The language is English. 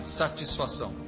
satisfação